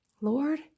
Lord